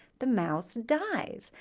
the mouse dies.